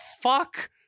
fuck